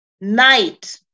Night